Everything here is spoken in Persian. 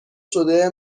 شده